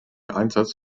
einsatz